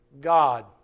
God